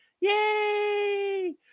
Yay